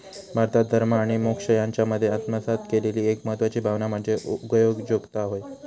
भारतान धर्म आणि मोक्ष यांच्यामध्ये आत्मसात केलेली एक महत्वाची भावना म्हणजे उगयोजकता होय